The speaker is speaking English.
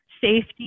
safety